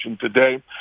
today